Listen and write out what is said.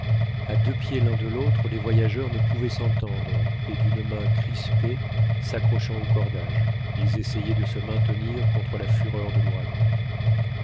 à deux pieds l'un de l'autre les voyageurs ne pouvaient s'entendre et d'une main crispée s'accrochant aux cordages ils essayaient de se maintenir contre la fureur de l'ouragan